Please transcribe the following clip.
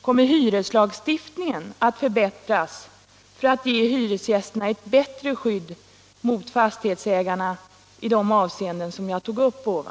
Kommer hyreslagstiftningen att förbättras för att ge hyresgästerna ett bättre skydd mot fastighetsägarna i de avseenden som jag här tog upp?